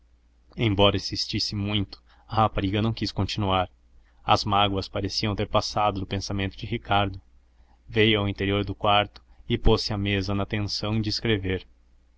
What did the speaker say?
embora insistisse muito a rapariga não quis continuar as mágoas pareciam ter passado do pensamento de ricardo veio ao interior do quarto e pôs-se à mesa na tenção de escrever